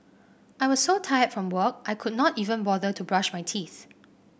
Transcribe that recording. I was so tired from work I could not even bother to brush my teeth